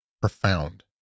profound